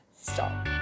stop